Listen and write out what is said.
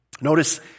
Notice